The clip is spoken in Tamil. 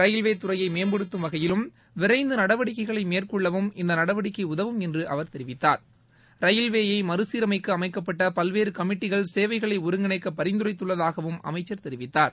ரயில்வேத்துறையை மேம்படுத்தும் வகையிலும் விரைந்து நடவடிக்கைகளை மேற்கொள்ளவும் இந்தநடவடிக்கை உதவும் என்று அவர் தெரிவித்தார் ரயில்வேயை மறுசீரமைக்க அமைக்கப்பட்ட பல்வேறு கமிட்டிகள் சேவைகளை ஒருங்கிணைக்க பரிந்துரைத்துள்ளதாகவும் அமைச்சர் தெரிவித்தார்